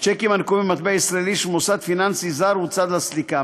שיקים הנקובים במטבע ישראלי שמוסד פיננסי זר הוא צד לסליקה.